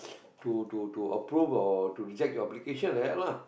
to to to approve or to reject your application then lah